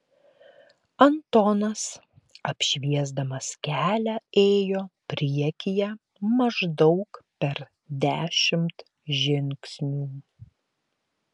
antonas apšviesdamas kelią ėjo priekyje maždaug per dešimt žingsnių